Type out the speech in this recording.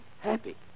Happy